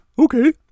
Okay